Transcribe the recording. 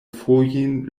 fojon